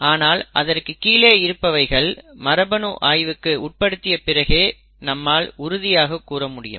ஆனால் அதற்கு கீழே இருப்பவைகளை மரபணு ஆய்வுக்கு உட்படுத்திய பிறகே நம்மால் உறுதியாக கூற முடியும்